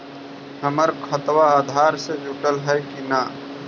हमर खतबा अधार से जुटल हई कि न?